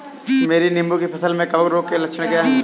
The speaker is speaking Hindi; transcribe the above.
मेरी नींबू की फसल में कवक रोग के लक्षण क्या है?